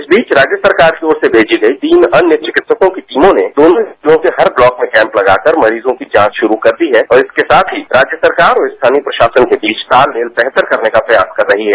इस बीच राज्य सरकार की ओर से भेजी गई तीन अन्य चिकित्सकों की टीमों ने दोनों जिलों के हर ब्लॉक में कैंप लगाकर मरीजों की जांच शुरू कर दी है और इसके साथ ही राज्य सरकार और स्थानीय प्रशासन के बीच तालमेल बेहतर करने का प्रयास कर रही है